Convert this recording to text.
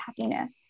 happiness